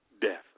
death